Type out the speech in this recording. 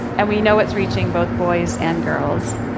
and we know it's reaching both boys and girls.